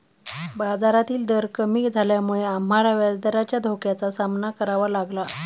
बाजारातील दर कमी झाल्यामुळे आम्हाला व्याजदराच्या धोक्याचा सामना करावा लागला